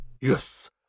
Yes